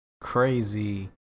crazy